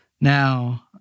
Now